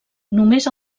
només